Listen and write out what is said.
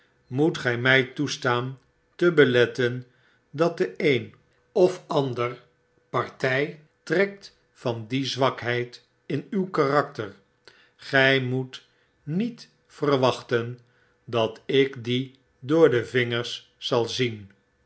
moet gy my toestaan te beletten dat de een of ander party trekt van die zwakheid in uw karakter gy moet niet verwachten dat ik die door de vingers zal zien